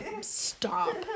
Stop